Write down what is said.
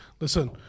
Listen